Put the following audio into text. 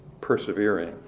persevering